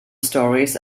stories